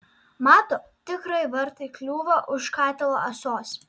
mato tikrai vartai kliūva už katilo ąsos